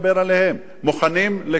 מוכנים לכל פתרון.